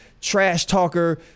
trash-talker